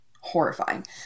horrifying